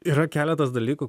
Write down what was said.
yra keletas dalykų